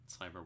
cyber